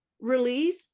release